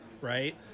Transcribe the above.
Right